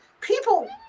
people